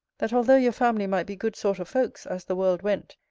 that although your family might be good sort of folks, as the world went,